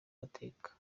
mateka